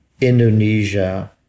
Indonesia